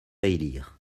élire